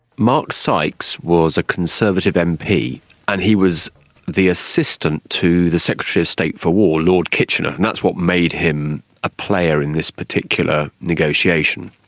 mark sykes was a conservative mp and he was the assistant to the secretary of state for war, lord kitchener, and that's what made him a player in this particular negotiation.